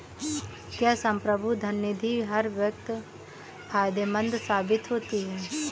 क्या संप्रभु धन निधि हर वक्त फायदेमंद साबित होती है?